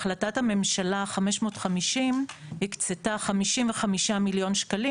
החלטת הממשלה 550 הקצתה 55 מיליון שקלים